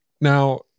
Now